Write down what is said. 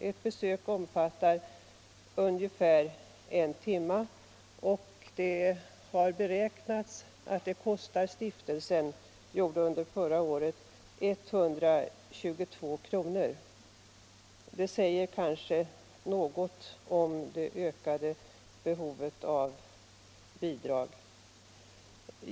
Ett besök omfattar ungefär en timme, och det har beräknats att ett sådant besök förra året kostade stiftelsen 122 kr. Det säger kanske något om det ökade behovet av bidrag.